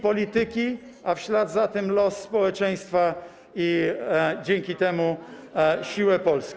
polityki, a w ślad za tym - los społeczeństwa i dzięki temu - siłę Polski.